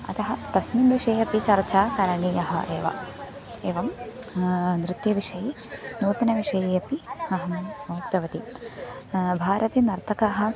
अतः तस्मिन् विषये अपि चर्चा करणीया एव एवं नृत्यविषये नूतनविषये अपि अहम् उक्तवती भारते नर्तकः